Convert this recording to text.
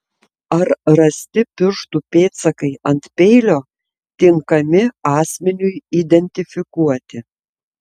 ar rasti pirštų pėdsakai ant peilio tinkami asmeniui identifikuoti